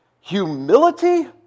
Humility